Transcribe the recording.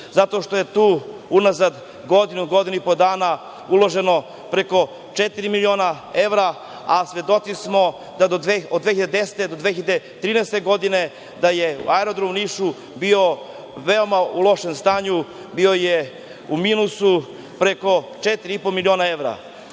zato što je tu, unazad, godinu, godinu i po dana uloženo preko četiri miliona evra. Svedoci samo da je od 2010. do 2013. godine Aerodrom u Nišu bio u veoma lošem stanju, bio je u minusu, preko 4.500 miliona evra.